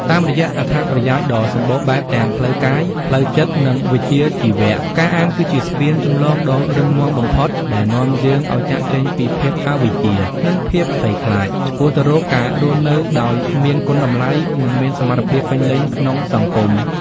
តាមរយៈអត្ថប្រយោជន៍ដ៏សម្បូរបែបទាំងផ្លូវកាយ ផ្លូវចិត្ត និងវិជ្ជាជីវៈ ការអានគឺជាស្ពានចម្លងដ៏រឹងមាំបំផុតដែលនាំយើងឱ្យចាកចេញពីភាពអវិជ្ជា និងភាពភ័យខ្លាច ឆ្ពោះទៅរកការរស់នៅដោយមានគុណតម្លៃ និងមានសមត្ថភាពពេញលេញក្នុងសង្គម។